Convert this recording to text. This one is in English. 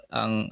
ang